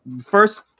first